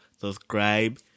subscribe